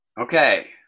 Okay